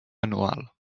anual